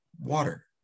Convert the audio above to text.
water